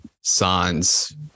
signs